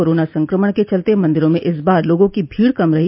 corona संक्रमण के चलते मंदिरों में इस बार लोगों की भीड़ कम रही